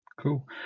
Cool